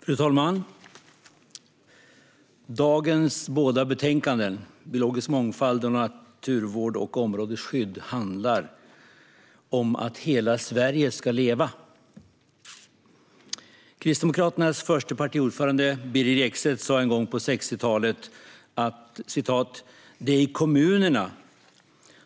Fru talman! Dagens båda betänkanden, Biologisk mångfald och Naturvård och områdesskydd , handlar om att hela Sverige ska leva. Kristdemokraternas förste partiordförande, Birger Ekstedt, sa en gång på 1960-talet: Det är i kommunerna